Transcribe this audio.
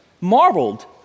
Marveled